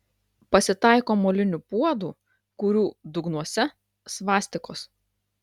pasitaiko molinių puodų kurių dugnuose svastikos